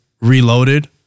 reloaded